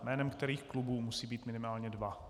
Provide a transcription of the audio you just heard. Jménem kterých klubů, musí být minimálně dva.